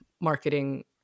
marketing